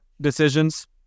decisions